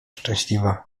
szczęśliwa